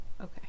Okay